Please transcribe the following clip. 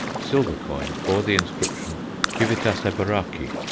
silver coins bore the inscription civitas eboraci.